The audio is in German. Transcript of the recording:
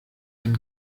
dem